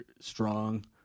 strong